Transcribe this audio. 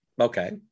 Okay